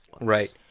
Right